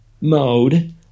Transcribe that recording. mode